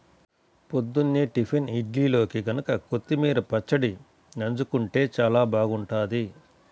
పొద్దున్నే టిఫిన్ ఇడ్లీల్లోకి గనక కొత్తిమీర పచ్చడి నన్జుకుంటే చానా బాగుంటది